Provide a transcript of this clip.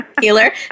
healer